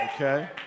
okay